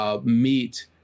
meet